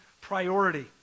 priority